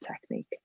technique